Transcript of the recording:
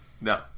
no